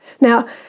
Now